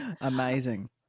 Amazing